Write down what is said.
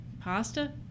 Pasta